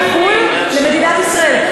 אימוץ בחו"ל למצב של האימוץ במדינת ישראל.